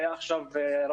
לא עבדנו עכשיו ברמדאן,